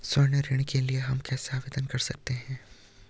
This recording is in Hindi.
स्वर्ण ऋण के लिए हम कैसे आवेदन कर सकते हैं?